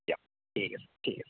দিয়ক ঠিক আছে ঠিক আছে